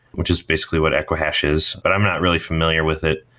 which is basically what equihash is. but i'm not really familiar with it.